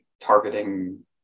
targeting